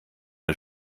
der